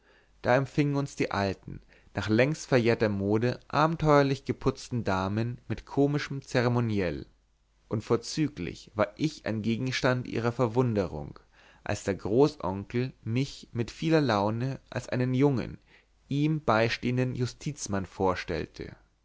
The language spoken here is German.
da empfingen uns die alten nach längst verjährter mode abenteuerlich geputzten damen mit komischem zeremoniell und vorzüglich war ich ein gegenstand ihrer verwunderung als der großonkel mich mit vieler laune als einen jungen ihm beisteheenden justizmann vorstellte